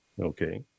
Okay